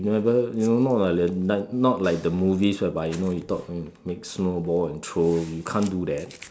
you never you know not like the not like the movies but you know you thought make snow ball and throw you can't do that